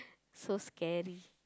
so scary